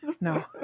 No